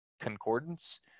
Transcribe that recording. concordance